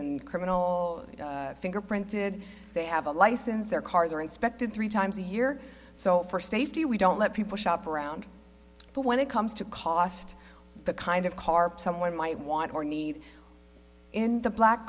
in criminal fingerprinted they have a license their cars are inspected three times a year so for safety we don't let people shop around but when it comes to cost the kind of car someone might want or need in the black